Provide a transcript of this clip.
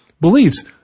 beliefs